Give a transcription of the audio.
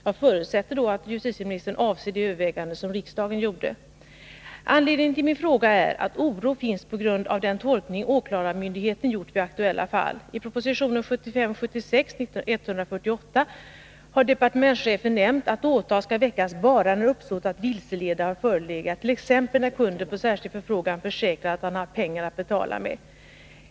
Jag förutsätter då att justitieministern avser de överväganden som riksdagen gjorde. Anledningen till min fråga är att oro finns på grund av den tolkning åklagarmyndigheten gjort vid aktuella fall. I proposition 1975/76:148 har departementschefen nämnt att åtal skall kunna väckas ”bara när uppsåt att vilseleda har förelegat”, t.ex. när kunden på särskild förfrågan försäkrat att han haft pengar att betala med.